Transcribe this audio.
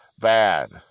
Bad